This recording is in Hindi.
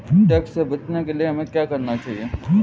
टैक्स से बचने के लिए हमें क्या करना चाहिए?